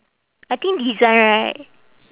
I think design right